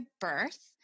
birth